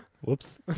Whoops